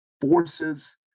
forces